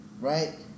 Right